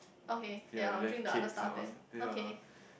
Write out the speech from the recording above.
okay ya I will drink the other stuff then okay